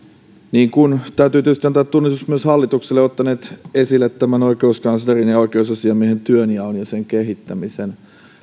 mistä täytyy tietysti antaa tunnustus myös hallitukselle ottaneet esille tämän oikeuskanslerin ja ja oikeusasiamiehen työnjaon ja sen kehittämisen